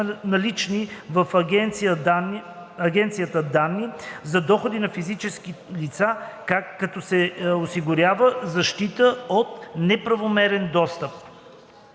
налични в агенцията данни за доходи на физически лица, като се осигурява защита от неправомерен достъп.“